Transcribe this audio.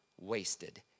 wasted